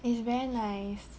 it's very nice